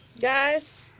guys